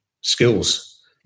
skills